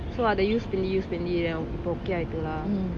so ah the use பண்ணி:panni use பண்ணி:panni then இப்போ:ipo okay ஆயிட்டாளா:aayetula